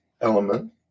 element